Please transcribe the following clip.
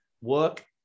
work